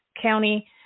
county